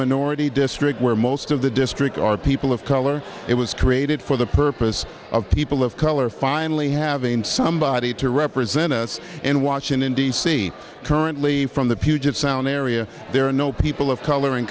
minority district where most of the district are people of color it was created for the purpose of people of color finally having somebody to represent us in washington d c currently from the puget sound area there are no people of color in